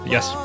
Yes